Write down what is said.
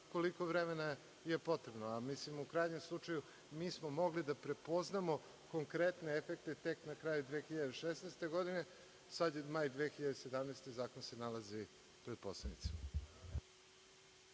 koliko vremena je potrebno. U krajnjem slučaju, mi smo mogli da prepoznamo konkretne efekte tek na kraju 2016. godine. Sada je maj 2017. godine i zakon se nalazi pred poslanicima.